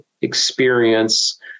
experience